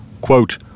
quote